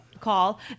call